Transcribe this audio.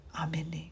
Amen